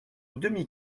demi